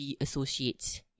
Associates